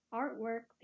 artwork